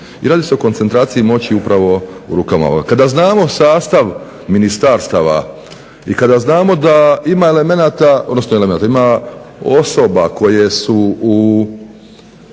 i radi se o koncentraciji moći u rukama ovog. Kada znamo sastav ministarstava i kada znamo da ima osoba koje su u